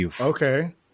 Okay